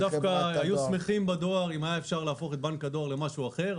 דווקא היו שמחים בדואר אם היה אפשר להפוך את בנק הדואר למשהו אחר,